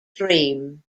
dream